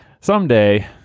Someday